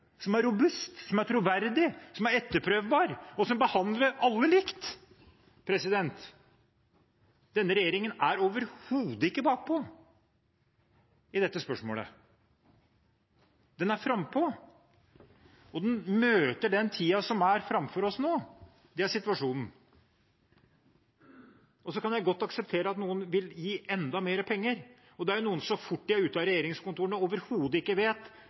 er robust, troverdig, etterprøvbar og behandler alle likt. Denne regjeringen er overhodet ikke bakpå i dette spørsmålet. Den er frampå, og den møter den tiden som er framfor oss nå. Det er situasjonen. Så kan jeg godt akseptere at noen vil gi enda mer penger. Det er jo noen som så fort de er ute av regjeringskontorene, overhodet ikke vet